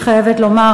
אני חייבת לומר,